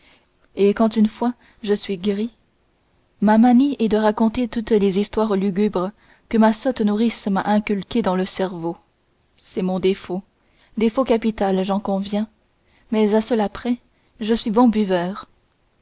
et quand une fois je suis gris ma manière est de raconter toutes les histoires lugubres que ma sotte nourrice m'a inculquées dans le cerveau c'est mon défaut défaut capital j'en conviens mais à cela près je suis bon buveur